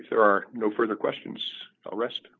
if there are no further questions a rest